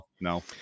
no